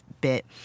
bit